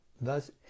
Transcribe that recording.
Thus